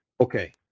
Okay